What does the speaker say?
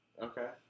Okay